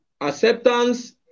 Acceptance